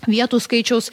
vietų skaičiaus